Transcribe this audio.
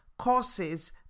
courses